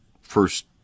first